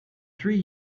three